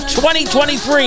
2023